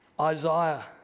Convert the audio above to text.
isaiah